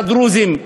לדרוזים,